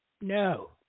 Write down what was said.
no